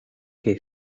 que